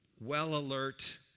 well-alert